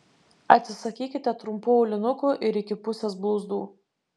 atsisakykite trumpų aulinukų ir iki pusės blauzdų